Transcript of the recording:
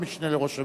המשנה לראש הממשלה.